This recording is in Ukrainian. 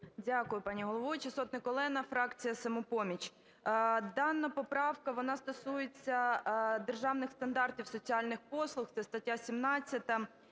Дякую, пані головуюча. Сотник Олена, фракція "Самопоміч". Дана поправка, вона стосується державних стандартів соціальних послуг, це стаття 17.